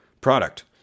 Product